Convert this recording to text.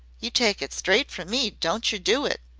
you take it straight from me don't yer do it.